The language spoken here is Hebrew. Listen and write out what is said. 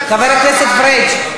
חבר הכנסת פריג',